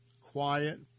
quiet